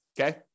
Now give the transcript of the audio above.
okay